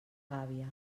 gàbia